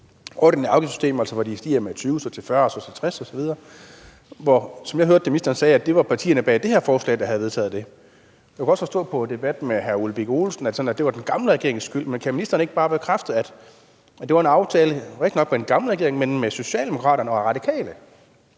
ordinære afgiftssystem, altså, hvor de stiger fra 20 pct., så til 40 pct. og så til 60 pct. osv., og som jeg hørte ministeren, var det partierne bag det her forslag, der havde vedtaget det. Jeg kunne også forstå ud fra debatten med hr. Ole Birk Olesen, at det var den gamle regerings skyld. Men kan ministeren ikke bare bekræfte, at det var en aftale med ikke kun den gamle regering, men også med Socialdemokraterne og Radikale,